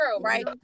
right